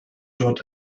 dort